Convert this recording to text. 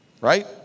Right